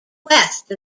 west